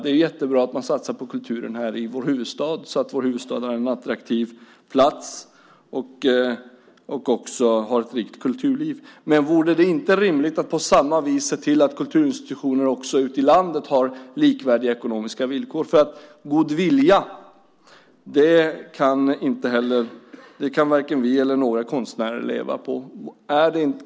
Det är jättebra att man satsar på kulturen i vår huvudstad, så att vår huvudstad är en attraktiv plats och också har ett rikt kulturliv. Men vore det inte rimligt att på samma vis se till att kulturinstitutionerna ute i landet har likvärdiga ekonomiska villkor? God vilja kan ju varken vi eller några konstnärer leva på.